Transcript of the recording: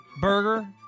burger